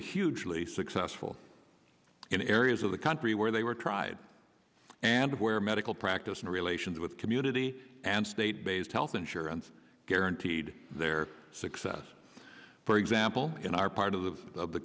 hugely successful in areas of the country where they were tried and where medical practice in relations with community and state based health insurance guaranteed their success for example in our part of the of the